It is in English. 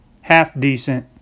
half-decent